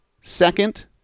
second